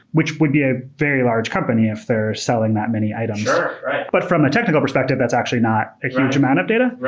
which would be a very large company if they're selling that many items sure. right but from a technical perspective, that's actually not a huge amount of data.